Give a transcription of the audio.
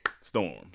storms